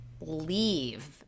leave